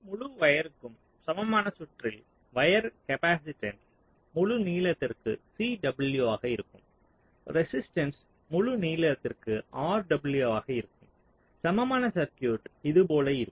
முழு வயர்க்கும் சமமான சுற்றில் வயர் காப்பாசிட்டன்ஸ் முழு நீளத்திற்கு Cw ஆக இருக்கும் ரெசிஸ்ட்டன்ஸ் முழு நீளத்திற்கு Rw ஆக இருக்கும் சமமான சர்க்யூட் இதுபோல் இருக்கும்